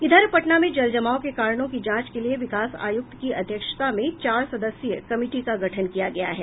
इधर पटना में जल जमाव के कारणों की जांच के लिए विकास आयुक्त की अध्यक्षता में चार सदस्यीय कमिटी का गठन किया गया है